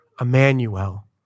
Emmanuel